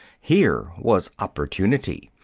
here was opportunity!